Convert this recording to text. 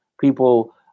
People